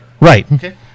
Right